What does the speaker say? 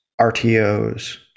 RTOs